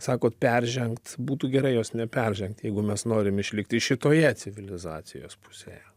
sakot peržengt būtų gerai jos neperžengt jeigu mes norim išlikti šitoje civilizacijos pusėje